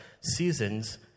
seasons